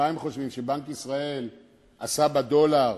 מה הם חושבים, שבנק ישראל עשה בדולר